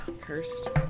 Cursed